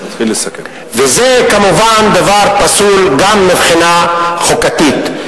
זה כמובן דבר פסול גם מבחינה חוקתית.